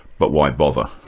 but why bother?